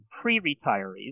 pre-retirees